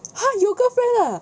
ha 有 girlfriend 了